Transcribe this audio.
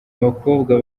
bakobwa